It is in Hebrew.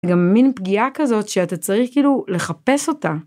גם מין פגיעה כזאת שאתה צריך כאילו לחפש אותה.